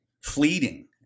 fleeting